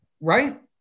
Right